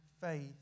faith